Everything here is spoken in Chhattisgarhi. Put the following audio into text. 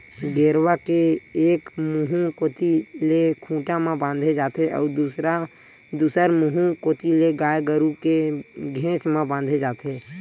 गेरवा के एक मुहूँ कोती ले खूंटा म बांधे जाथे अउ दूसर मुहूँ कोती ले गाय गरु के घेंच म बांधे जाथे